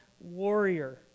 warrior